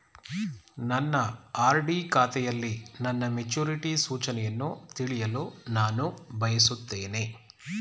ನನ್ನ ಆರ್.ಡಿ ಖಾತೆಯಲ್ಲಿ ನನ್ನ ಮೆಚುರಿಟಿ ಸೂಚನೆಯನ್ನು ತಿಳಿಯಲು ನಾನು ಬಯಸುತ್ತೇನೆ